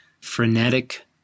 frenetic